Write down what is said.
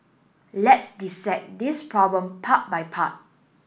let's dissect this problem part by part